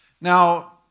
Now